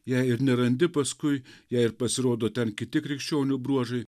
jei ir nerandi paskui jei ir pasirodo ten kiti krikščionių bruožai